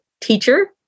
teacher